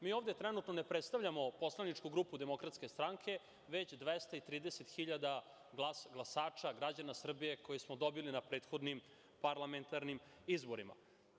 Mi ovde trenutno ne predstavljamo Poslaničku grupu DS, već 230.000 glasača, građana Srbije, koje smo dobili na prethodnim parlamentarnim izborima.